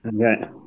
Okay